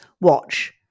watch